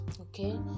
okay